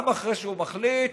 גם אחרי שהוא מחליט,